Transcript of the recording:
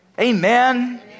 Amen